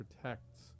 protects